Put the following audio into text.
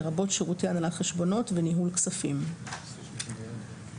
לרבות שירותי הנהלת חשבונות וניהול כספים." זהו,